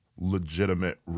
legitimate